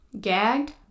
gagged